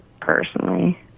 Personally